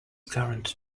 current